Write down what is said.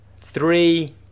three